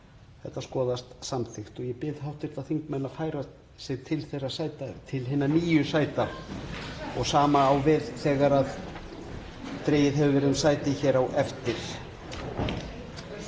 Þetta skoðast samþykkt og ég bið hv. þingmenn að færa sig til hinna nýju sæta og sama á við þegar dregið hefur verið um sæti hér á eftir.